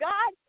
God